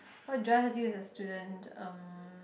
what drives you as a student um